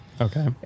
Okay